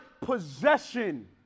possession